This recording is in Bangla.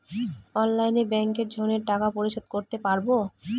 অনলাইনে ব্যাংকের ঋণের টাকা পরিশোধ করতে পারবো?